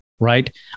right